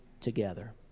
together